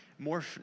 more